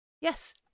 Yes